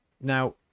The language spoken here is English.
Now